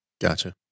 Gotcha